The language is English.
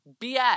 bs